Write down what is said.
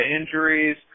injuries